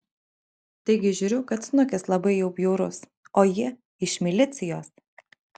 taigi žiūriu kad snukis labai jau bjaurus o ji iš milicijos